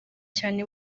cyane